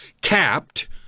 capped